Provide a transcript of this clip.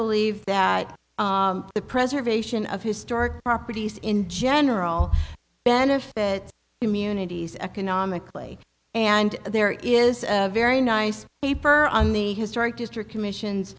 believe that the preservation of historic properties in general benefit immunities economically and there is a very nice paper on the historic district commission